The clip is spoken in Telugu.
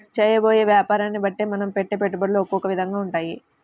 చేయబోయే యాపారాన్ని బట్టే మనం పెట్టే పెట్టుబడులు ఒకొక్క విధంగా ఉంటాయి